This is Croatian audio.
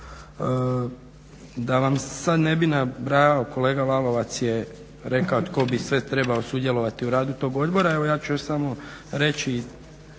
Da vam sad ne bih nabrajao, kolega Lalovac je rekao tko bi sve trebao sudjelovati u radu tog odbora, evo ja ću još samo reći